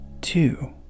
two